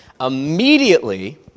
Immediately